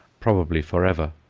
probably for ever.